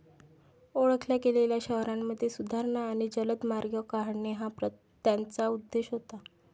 ओळखल्या गेलेल्या शहरांमध्ये सुधारणा आणि जलद मार्ग काढणे हा त्याचा उद्देश होता